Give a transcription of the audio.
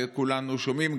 וכולנו שומעים,